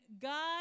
God